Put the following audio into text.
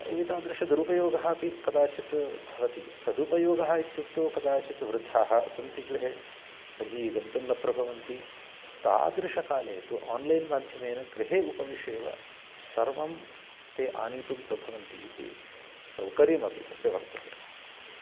एतादृशदुरुपयोगः अपि कदाचित् भवति सदुपयोगः इत्युक्तौ कदाचित् वृद्धाः सन्ति गृहे बहिः गन्तुं न प्रभवन्ति तादृशकाले तु आन्लैन् माध्यमेन गृहे उपविश्य एव सर्वं ते आनीतुं प्रभवन्ति इति सौकर्यमपि तस्य वर्तते